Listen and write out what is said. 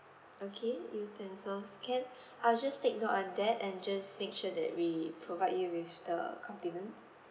okay utensils can I'll just take note on that and just make sure that we provide you with the condiment